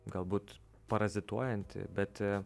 galbūt parazituojanti bet